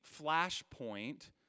flashpoint